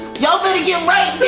y'all better get right,